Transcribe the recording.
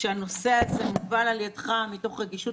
שהנושא הזה מובל על ידך מתוך רגישות